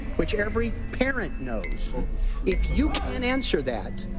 which every parent knows if you can't answer that,